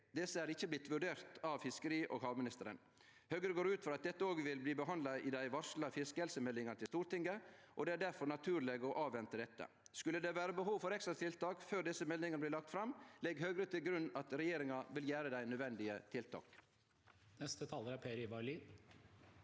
Desse er ikkje blitt vurderte av fiskeri- og havministeren. Høgre går ut frå at dette òg vil bli behandla i dei varsla fiskehelsemeldingane til Stortinget, og det er difor naturleg å avvente desse. Skulle det vere behov for ekstratiltak før desse meldingane blir lagde fram, legg Høgre til grunn at regjeringa vil gjere dei nødvendige tiltaka. Per Ivar